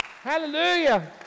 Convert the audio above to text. Hallelujah